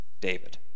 David